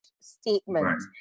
statement